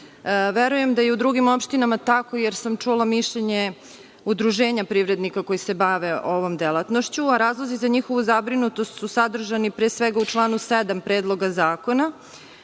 Verujem da je i u drugim opštinama tako jer sam čula mišljenje udruženja privrednika koji se bave ovom delatnošću, a razlozi za njihovu zabrinutost su sadržani pre svega u članu 7. Predloga zakona,